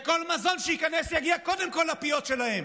וכל מזון שייכנס יגיע קודם כול לפיות שלהם,